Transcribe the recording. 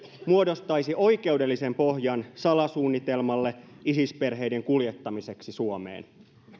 muodostaisi oikeudellisen pohjan salasuunnitelmalle isis perheiden kuljettamiseksi suomeen